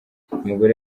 umugore